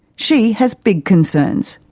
she has big concerns.